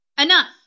Enough